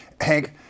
Hank